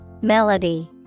Melody